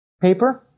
paper